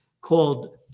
called